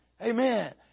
Amen